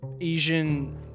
Asian